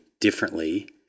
differently